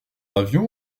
avion